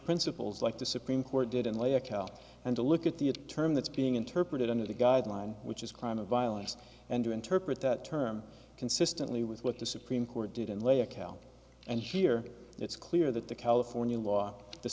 principles like the supreme court did and lay a cal and a look at the a term that's being interpreted under the guideline which is crime of violence and you interpret that term consistently with what the supreme court did and lay account and here it's clear that the california law the